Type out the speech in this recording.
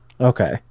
Okay